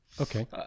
Okay